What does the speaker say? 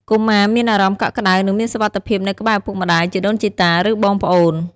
កុមារមានអារម្មណ៍កក់ក្តៅ និងមានសុវត្ថិភាពនៅក្បែរឪពុកម្តាយ ជីដូនជីតា ឬបងប្អូន។